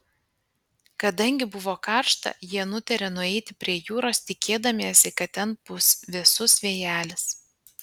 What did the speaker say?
kadangi buvo karšta jie nutarė nueiti prie jūros tikėdamiesi kad ten pūs vėsus vėjelis